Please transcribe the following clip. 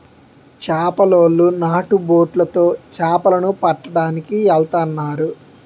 చేపలోలు నాటు బొట్లు తో చేపల ను పట్టడానికి ఎల్తన్నారు